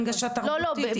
הנגשה תרבותי,